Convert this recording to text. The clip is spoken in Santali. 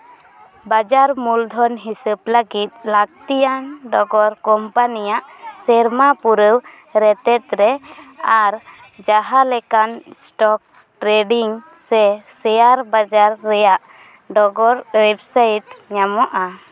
ᱵᱟᱡᱟᱨᱟ ᱢᱩᱞᱫᱷᱚᱱ ᱦᱤᱥᱟᱹᱵ ᱞᱟᱹᱜᱤᱫ ᱞᱟᱹᱠᱛᱤᱭᱟᱱ ᱰᱚᱜᱚᱨ ᱠᱚᱢᱯᱟᱱᱤᱭᱟᱜ ᱥᱮᱨᱢᱟ ᱯᱩᱨᱟᱹᱣ ᱨᱮᱛᱮᱫ ᱨᱮ ᱟᱨ ᱡᱟᱦᱟᱸ ᱞᱮᱠᱟᱱ ᱥᱴᱚᱠ ᱴᱨᱮᱰᱤᱝ ᱥᱮ ᱥᱮᱭᱟᱨ ᱵᱟᱡᱟᱨ ᱨᱮᱭᱟᱜ ᱰᱚᱜᱚᱨ ᱚᱭᱮᱵ ᱥᱟᱭᱤᱴ ᱧᱟᱢᱚᱜᱼᱟ